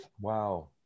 Wow